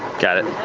got it.